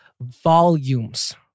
volumes